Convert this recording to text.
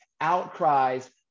outcries